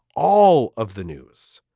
all of the news.